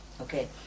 okay